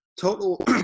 Total –